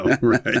Right